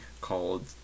called